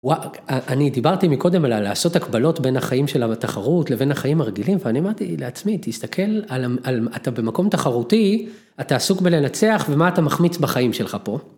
אני דיברתי מקודם על לעשות הקבלות בין החיים של התחרות לבין החיים הרגילים, ואני אמרתי לעצמי, תסתכל, אתה במקום תחרותי, אתה עסוק בלנצח, ומה אתה מחמיץ בחיים שלך פה?